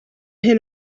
hyn